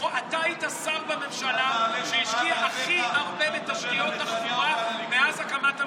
אתה היית שר בממשלה שהשקיעה הכי הרבה בתשתיות תחבורה מאז הקמת המדינה.